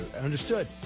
Understood